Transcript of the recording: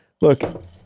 look